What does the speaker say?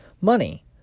money